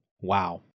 Wow